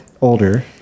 older